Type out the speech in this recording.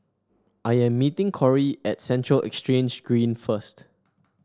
I am meeting Corie at Central Exchange Green first